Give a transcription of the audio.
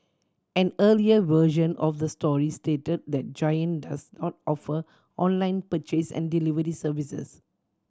an earlier version of the story stated that Giant does not offer online purchase and delivery services